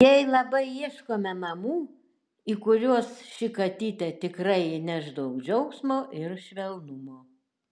jai labai ieškome namų į kuriuos ši katytė tikrai įneš daug džiaugsmo ir švelnumo